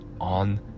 on